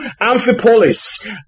Amphipolis